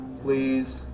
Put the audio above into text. please